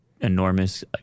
enormous